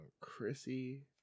Chrissy